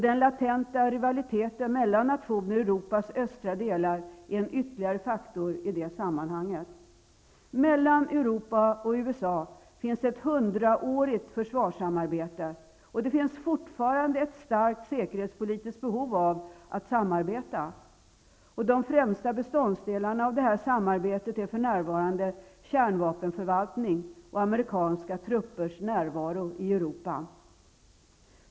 Den latenta rivaliteten mellan nationer i Europas östra delar är en ytterligare faktor i det sammanhanget. Mellan Europa och USA finns ett 100-årigt försvarssamarbete. Det finns fortfarande ett starkt säkerhetspolitiskt behov av att samarbeta. De främsta beståndsdelarna av detta samarbete är för närvarande kärnvapenförvaltning och amerikanska truppers närvaro i Europa.